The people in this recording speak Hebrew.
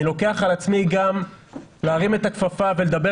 אני לוקח על עצמי גם להרים את הכפפה ולדבר